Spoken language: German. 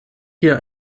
hier